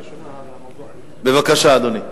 בבקשה, אדוני.